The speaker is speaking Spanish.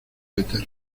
eterna